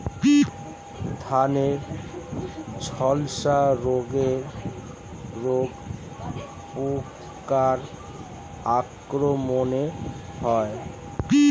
ধানের ঝলসা রোগ পোকার আক্রমণে হয়?